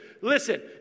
listen